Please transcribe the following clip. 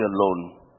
alone